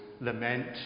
lament